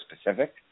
specific